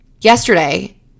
Yesterday